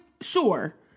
Sure